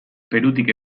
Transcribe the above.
perutik